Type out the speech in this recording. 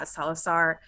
Salazar